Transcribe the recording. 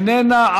איננה,